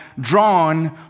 drawn